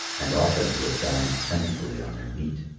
and often he had dined plentifully on their meat.